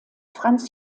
franz